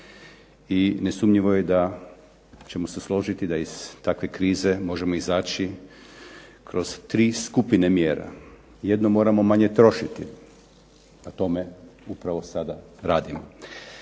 i nesumnjivo je da ćemo se složiti da iz takve krize možemo izaći kroz tri skupine mjera. Jedno, moramo manje trošiti. Na tome upravo sada radimo.